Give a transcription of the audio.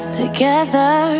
together